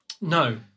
No